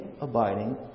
abiding